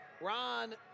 Ron